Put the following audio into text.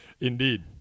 Indeed